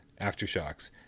aftershocks